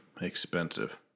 Expensive